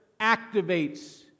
activates